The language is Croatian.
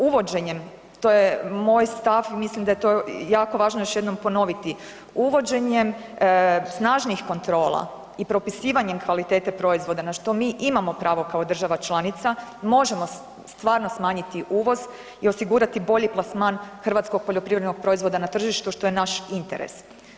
Uvođenjem, to je moj stav, mislim da je to jako važno još jednom ponoviti, uvođenjem snažnih kontrola i propisivanjem kvalitete proizvoda na što mi imamo pravo kao država članica možemo stvarno smanjiti uvoz i osigurati bolji plasman hrvatskog poljoprivrednog proizvoda na tržištu što je naš interes.